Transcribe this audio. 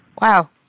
Wow